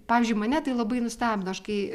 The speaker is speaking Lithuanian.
pavyzdžiui mane tai labai nustebino aš kai